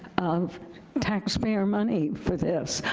of taxpayer money for this.